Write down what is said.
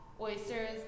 Oysters